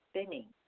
spinning